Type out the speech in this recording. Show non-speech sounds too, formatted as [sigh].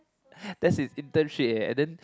[laughs] that's his internship eh and then